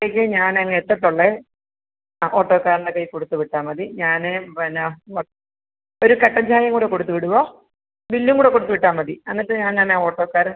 എങ്കിൽ ഞാൻ അങ് എത്തത്തുള്ളേ ആ ഓട്ടോക്കാരൻ്റെ കയ്യിൽ കൊടുത്ത് വിട്ടാൽമതി ഞാൻ പിന്നെ ഒരു കട്ടൻ ചായയും കൂടെ കൊടുത്ത് വിടുവോ ബില്ലും കൂടെ കൊടുത്ത് വിട്ടാൽമതി എന്നിട്ട് ഞാൻ തന്നെ ഓട്ടോക്കാരൻ